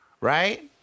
Right